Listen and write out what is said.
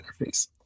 interface